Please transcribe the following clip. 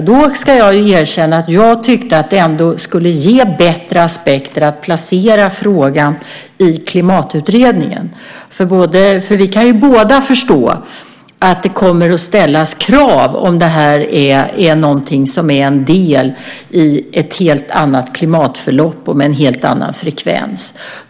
Jag ska erkänna att jag tyckte att det var bättre att placera frågan i Klimatutredningen, för vi kan båda förstå att det kommer att ställas krav om det här är något som är en del i ett helt annat klimatförlopp och med en helt annan frekvens.